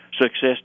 Success